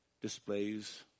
displays